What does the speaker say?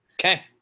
Okay